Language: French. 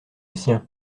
sien